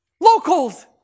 locals